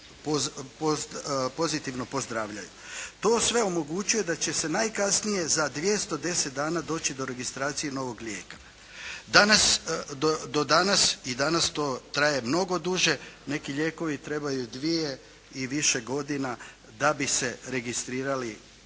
pozitivno pozdravljaju. To sve omogućuje da će se najkasnije za 210 dana doći do registracije novog lijeka. Do danas i danas to traje mnogo duže, neki lijekovi trebaju dvije i više godina da bi se registrirali